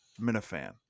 minifan